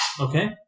Okay